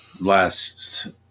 last